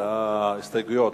בעד ההסתייגויות,